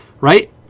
right